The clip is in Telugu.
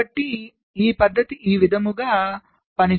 కాబట్టి ఈ పద్ధతి ఈ విధముగా పనిచేస్తుంది